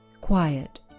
quiet